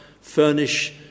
furnish